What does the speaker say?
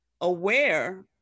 aware